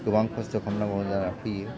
गोबां खस्थ' खालामनांगौ जानानै फैयो